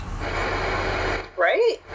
Right